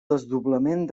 desdoblament